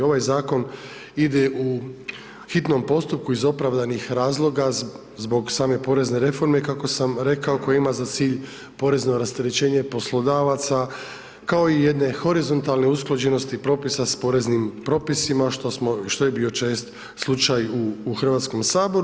Ovaj zakon ide u hitnom postupku iz opravdanih razloga, zbog same porezne reforme kako sam rekao, koja ima za cilj porezno rasterećenje poslodavaca, kao i jedne horizontale usklađenosti propisa s poreznim propisima što smo, što je bio čest slučaj u Hrvatskom saboru.